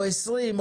או 20,